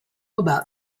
about